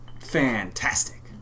Fantastic